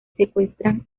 secuestran